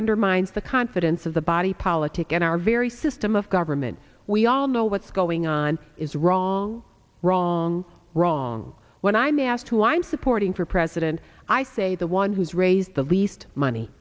undermines the confidence of the body politic and our very system of government we all know what's going on is wrong wrong wrong when i'm asked who i'm supporting for president i say the one who's raised the least money